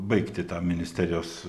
baigti tą ministerijos